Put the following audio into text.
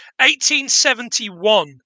1871